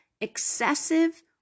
excessive